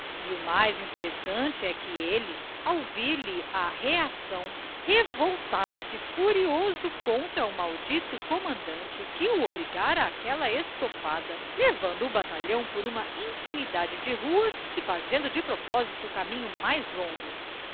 e o mais interessante é que ele ao vir lhe a reação revoltava-se furioso contra o maldito comandante que o obrigava àquela estopada levando o batalhão por uma infinidade de ruas e fazendo de propósito o caminho mais longo